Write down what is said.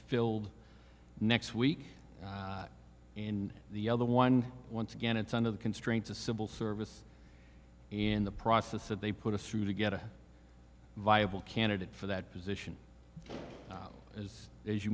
filled next week and the other one once again it's on to the constraints of civil service and the process that they put us through to get a viable candidate for that position as as you